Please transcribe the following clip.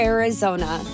Arizona